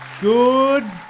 Good